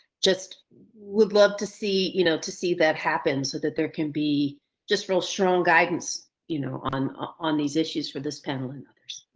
just would love to see, you know, to see that happen. so that there can be just real strong guidance you know on on these issues for this panel and others.